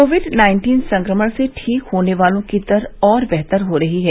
Covid nineteen संक्रमण से ठीक होने वालों की दर और बेहतर हो रही है